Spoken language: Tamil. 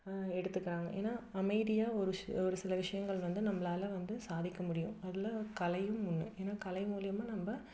எடுத்துக்கிறாங்க ஏன்னா அமைதியாக ஒரு ஸ் ஒரு சில விஷயங்கள் வந்து நம்மளால வந்து சாதிக்க முடியும் அதில் கலையும் ஒன்று ஏன்னா கலை மூலிமா நம்ம